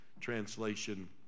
translation